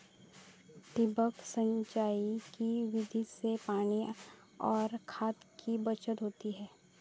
ठिबक सिंचाई की विधि से पानी और खाद की बचत होती है